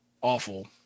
awful